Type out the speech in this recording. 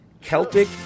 Celtic